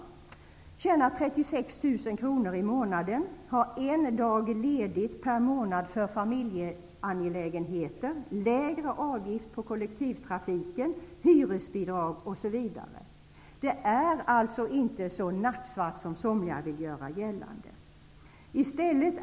Hon tjänar 36 000 kr i månaden, har en dag ledigt per månad för familjeangelägenheter, lägre avgift på kollektivtrafiken, hyresbidrag, osv. Det är alltså inte så nattsvart som somliga vill göra gällande.